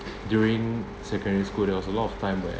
during secondary school there was a lot of time where